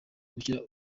gukira